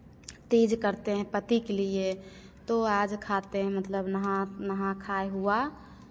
तीज करते हैं पति के लिए तो आज खाते हैं मतलब नहा नहा खाय हुआ